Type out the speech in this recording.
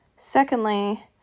Secondly